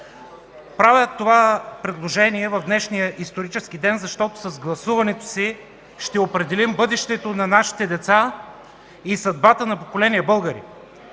Правя това предложение в днешния исторически ден, защото с гласуването си ще определим бъдещето на нашите деца и съдбата на поколения българи.